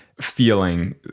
feeling